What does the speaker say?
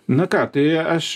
na ką tai aš